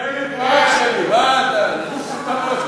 הוא צפוני.